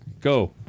Go